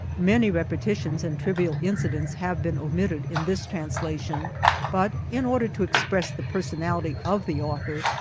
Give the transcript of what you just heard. many repetitions and trivial incidents have been omitted in this translation but, in order to express the personality of the author,